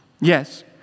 Yes